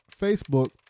Facebook